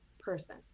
person